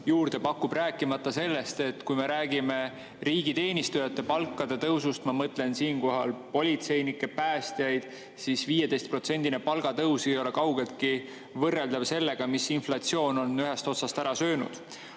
juurde pakub. Rääkimata sellest, et kui me räägime riigiteenistujate palkade tõusust, ma mõtlen siinkohal politseinikke ja päästjaid, siis 15%‑line palgatõus ei ole kaugeltki võrreldav sellega, mis inflatsioon on ühest otsast ära söönud.